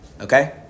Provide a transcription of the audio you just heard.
Okay